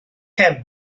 kemp